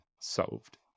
solved